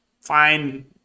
fine